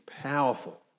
powerful